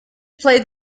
played